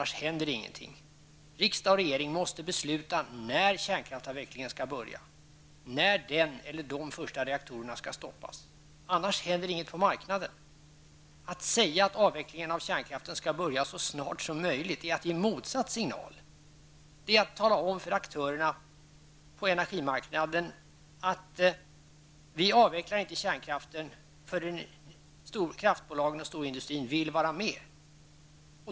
Riksdag och regering måste besluta när kärnkraftsavvecklingen skall börja, när den eller de första reaktorerna skall stoppas -- annars händer ingenting på marknaden. Att säga att avvecklingen av kärnkraften skall börja så snart som möjligt är att ge motsatt signal, det är att tala om för aktörerna på energimarknaden att ''vi avvecklar inte kärnkraften förrän kraftbolagen och storindustrin vill vara med''.